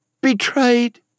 betrayed